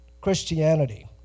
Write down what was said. Christianity